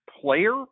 player